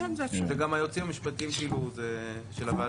זה גם היועצים המשפטיים של הוועדות.